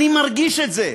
אני מרגיש את זה,